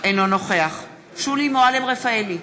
אינו נוכח שולי מועלם-רפאלי,